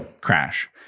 crash